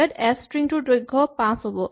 ইয়াত S string টোৰ দৈৰ্ঘ ৫ হ'ব